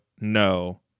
no